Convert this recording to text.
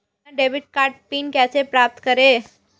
अपना debit card PIN कैसे प्राप्त करें?